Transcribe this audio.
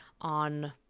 on